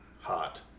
hot